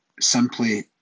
simply